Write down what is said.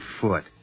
foot